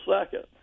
second